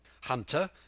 Hunter